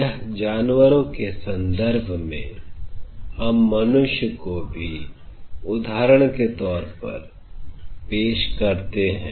यह जानवरों के संदर्भ में हम मनुष्य को भी उदाहरण के तौर पर पेश कर सकते हैं